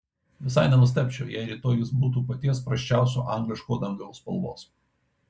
visai nenustebčiau jei rytoj jis būtų paties prasčiausio angliško dangaus spalvos